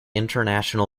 international